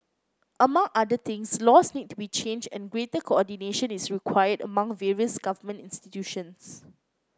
among other things laws need to be changed and greater coordination is required among various government institutions